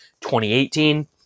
2018